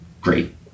great